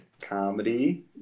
Comedy